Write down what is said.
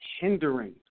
hindering